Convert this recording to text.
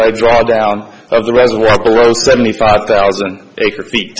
i draw down the reservoir below seventy five thousand acre feet